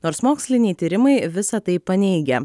nors moksliniai tyrimai visa tai paneigia